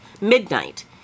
Midnight